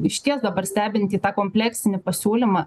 išties dabar stebint į tą kompleksinį pasiūlymą